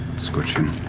scritch him.